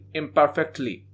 imperfectly